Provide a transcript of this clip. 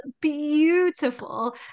beautiful